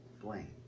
blame